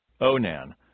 Onan